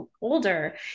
older